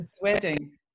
wedding